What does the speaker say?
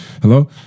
Hello